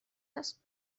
است